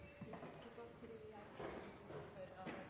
til for